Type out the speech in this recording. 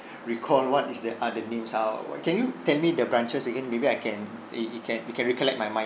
recall what is the are the names are or what can you tell me the branches again maybe I can it it can it can recollect my mind